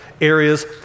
areas